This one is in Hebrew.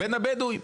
בין הבדואים.